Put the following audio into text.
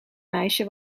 meisje